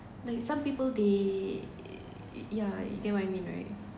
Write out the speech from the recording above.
like some people they yeah you get what I mean right